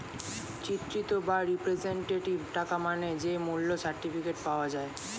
চিত্রিত বা রিপ্রেজেন্টেটিভ টাকা মানে যে মূল্য সার্টিফিকেট পাওয়া যায়